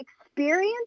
experience